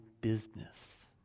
business